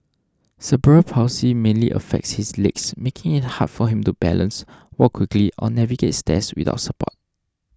cerebral palsy mainly affects his legs making it hard for him to balance walk quickly or navigate stairs without support